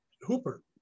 Hooper